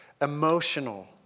emotional